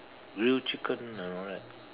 grilled chicken and all that